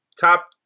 top